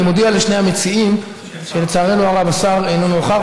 אני מודיע לשני המציעים שלצערנו הרב השר לא נוכח,